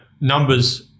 Numbers